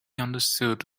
understood